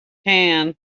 can